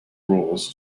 rules